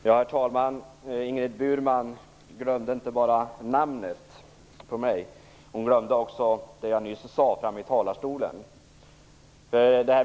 Herr talman! Ingrid Burman glömde inte bara mitt efternamn utan också det jag nyss sade i talarstolen här.